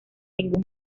ningún